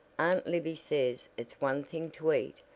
aunt libby says it's one thing to eat,